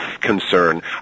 concern